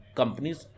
companies